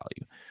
value